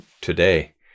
today